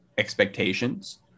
expectations